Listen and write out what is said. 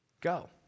Go